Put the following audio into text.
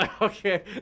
Okay